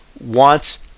wants